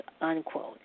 unquote